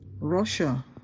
Russia